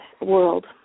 world